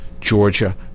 Georgia